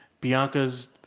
Bianca's